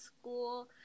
school